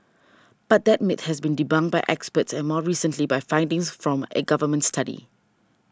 but that myth has been debunked by experts and more recently by findings from a Government study